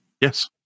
yes